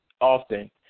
often